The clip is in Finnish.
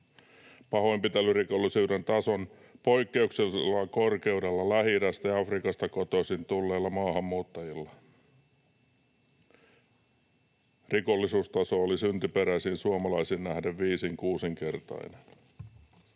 pahoinpitelyrikollisuuden tason poikkeuksellinen korkeus Lähi-idästä ja Afrikasta kotoisin olevilla maahanmuuttajilla. Rikollisuustaso oli syntyperäisiin suomalaisiin nähden viisin—kuusinkertainen.